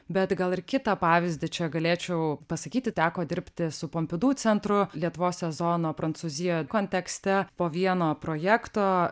bet gal ir kitą pavyzdį čia galėčiau pasakyti teko dirbti su pompidu centru lietuvos sezono prancūzijoje kontekste po vieno projekto